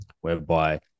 whereby